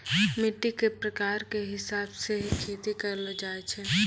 मिट्टी के प्रकार के हिसाब स हीं खेती करलो जाय छै